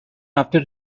after